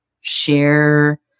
share